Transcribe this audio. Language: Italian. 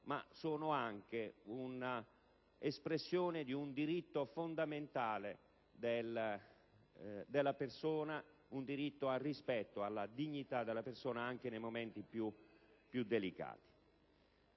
ma sono anche espressione di un diritto fondamentale: quello del rispetto della dignità della persona anche nei momenti più delicati.